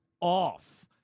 off